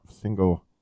single